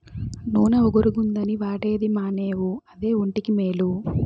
నూన ఒగరుగుందని వాడేది మానేవు అదే ఒంటికి మేలు